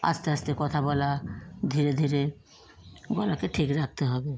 আস্তে আস্তে কথা বলা ধীরে ধীরে গলাকে ঠিক রাখতে হবে